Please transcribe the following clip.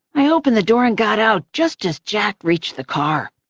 i opened the door and got out just as jack reached the car.